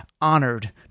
honored